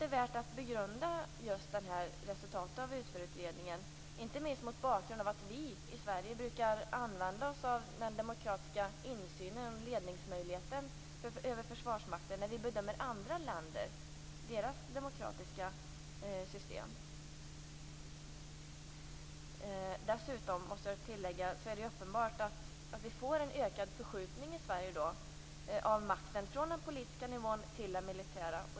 Det är värt att begrunda resultatet av UTFÖR utredningen, inte minst mot bakgrund av att vi i Sverige brukar använda oss av den demokratiska insynen och ledningsmöjligheten över Försvarsmakten när vi bedömer andra länder och deras demokratiska system. Det är uppenbart att vi får en ökad förskjutning i Sverige av makten från den politiska nivån till den militära.